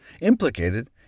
implicated